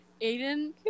Aiden